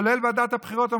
כולל ועדת הבחירות,